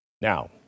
Now